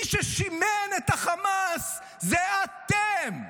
מי ששימן את החמאס, זה אתם.